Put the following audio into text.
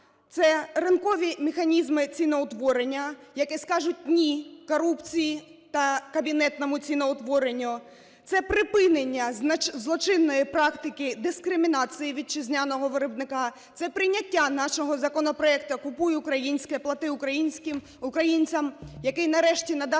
Це ринкові механізми ціноутворення, які скажуть "ні" корупції та кабінетному ціноутворенню; це припинення злочинної практики дискримінації вітчизняного виробника; це прийняття нашого законопроекту "Купуй українське, плати українцям", який нарешті надасть